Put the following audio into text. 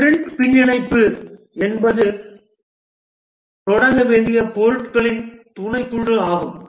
sprint பின்னிணைப்பு என்பது தொடங்க வேண்டிய பொருட்களின் துணைக்குழு ஆகும்